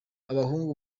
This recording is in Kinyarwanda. abahungu